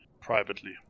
privately